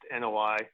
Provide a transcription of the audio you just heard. NOI